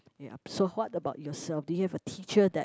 ya so what about yourself do you have a teacher that